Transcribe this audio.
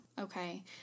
Okay